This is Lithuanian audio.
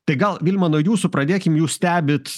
tai gal vilma nuo jūsų pradėkim jūs stebit